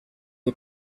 dei